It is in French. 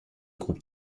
groupe